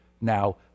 now